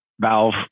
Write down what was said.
valve